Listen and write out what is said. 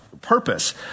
purpose